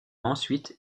ensuite